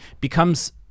becomes